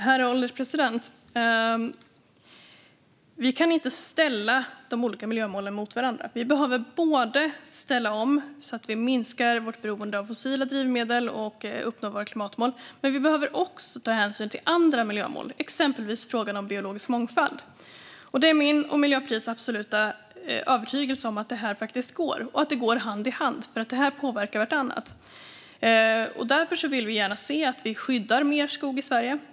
Herr ålderspresident! Vi kan inte ställa de olika miljömålen mot varandra. Vi behöver ställa om så att vi minskar vårt beroende av fossila drivmedel och uppnår våra klimatmål. Men vi behöver också ta hänsyn till andra miljömål, exempelvis frågan om biologisk mångfald. Det är min och Miljöpartiets absoluta övertygelse att det går och att det går hand i hand. Det ena påverkar det andra. Därför vill vi gärna se att vi skyddar mer skog i Sverige.